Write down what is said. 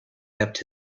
kept